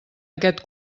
aquest